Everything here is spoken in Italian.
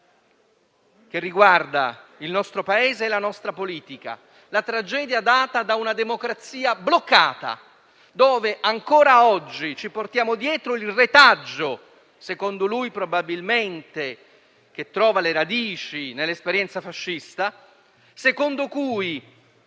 che riguarda il nostro Paese e la nostra politica; la tragedia data da una democrazia bloccata, dove ancora oggi ci portiamo dietro il retaggio, che secondo lui probabilmente trova le radici nell'esperienza fascista, per cui